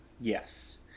yes